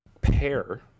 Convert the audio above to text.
pair